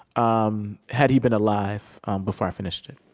um had he been alive um before i finished it